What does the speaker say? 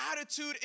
attitude